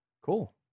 Cool